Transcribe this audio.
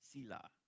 Sila